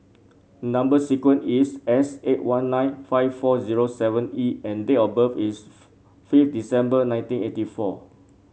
number sequence is S eight one nine five four zero seven E and date of birth is fifth December nineteen eighty four